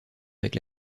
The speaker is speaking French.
avec